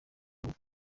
gupfa